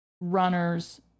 runners